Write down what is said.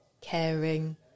caring